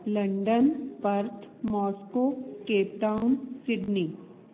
London Perth Moscow Cape Town Sydney